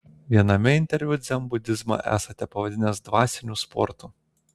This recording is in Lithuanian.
viename interviu dzenbudizmą esate pavadinęs dvasiniu sportu